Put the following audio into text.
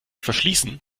verschließen